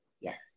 yes